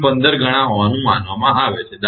15 ગણા હોવાનું માનવામાં આવે છે દા